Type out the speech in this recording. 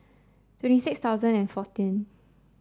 twenty six thousand and fourteen